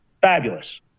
Fabulous